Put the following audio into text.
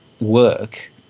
work